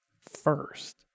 first